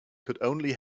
could